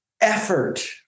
effort